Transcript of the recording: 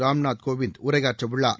ராம்நாத் கோவிந்த் உரையாற்றவுள்ளார்